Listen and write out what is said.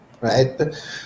Right